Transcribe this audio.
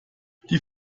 die